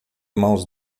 mãos